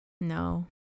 No